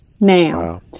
Now